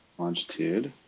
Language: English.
longitude